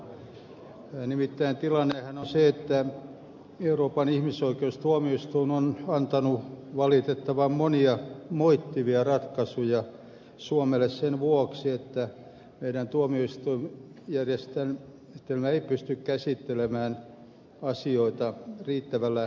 nimittäin tilannehan on se että euroopan ihmisoikeustuomioistuin on antanut valitettavan monia moittivia ratkaisuja suomelle sen vuoksi että meidän tuomioistuinjärjestelmämme ei pysty käsittelemään asioita riittävällä nopeudella